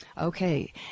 Okay